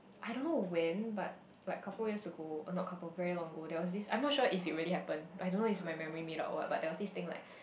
I don't know when but like couple years ago uh not couple very long ago there was this I'm not sure if it really happen I don't know is my memory made out what but there was this thing like